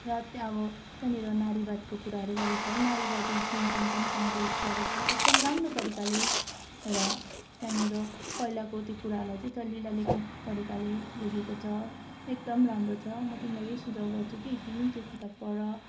र त्यहाँ अब त्यहाँनिर नारीवादको कुराहरू गरेको छ है नारीवादी चिन्तन पनि त्यहाँनिर उयस गरेको छ एकदम राम्रो तरिकाले र त्यहाँनिर पहिलाको त्यो कुरालाई चाहिँ तल्ली लल्लीखन तरिकाले लेखेको छ एकदम राम्रो छ म तिमीलाई यही सुझाउ गर्छु कि तिमी पनि त्यो किताब पढ